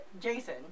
Jason